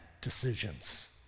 decisions